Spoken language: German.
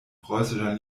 preußischer